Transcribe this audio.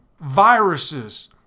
viruses